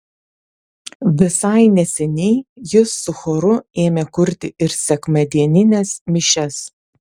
visai neseniai jis su choru ėmė kurti ir sekmadienines mišias